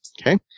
okay